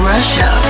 Russia